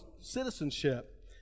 citizenship